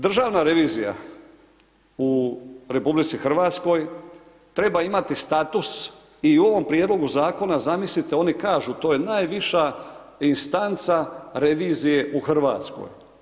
Državna revizija u RH treba imati status i u ovom Prijedlogu zakona zamislite oni kažu to je najviša instanca revizije u Hrvatskoj.